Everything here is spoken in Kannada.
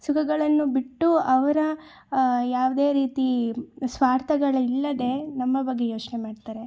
ಸುಖಗಳನ್ನು ಬಿಟ್ಟು ಅವರ ಯಾವುದೇ ರೀತಿ ಸ್ವಾರ್ಥಗಳಿಲ್ಲದೆ ನಮ್ಮ ಬಗ್ಗೆ ಯೋಚನೆ ಮಾಡ್ತಾರೆ